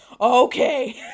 okay